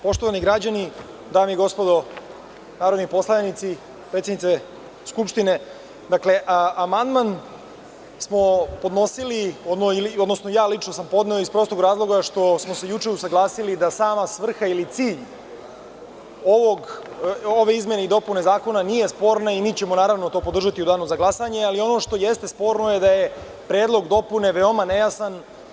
Poštovani građani, dame i gospodo narodni poslanici, poštovana predsednice Skupštine, lično sam podneo amandman iz prostog razloga što smo se juče usaglasili da sama svrha ili cilj ove izmene ili dopune zakona nije sporna i mi ćemo po podržati u danu za glasanje, ali ono što jeste sporno je da je predlog dopune veoma nejasan.